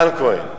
רן כהן.